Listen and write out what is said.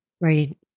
Right